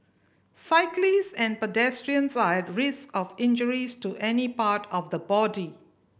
cyclist and pedestrians are at risk of injuries to any part of the body